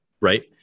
Right